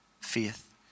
faith